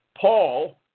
Paul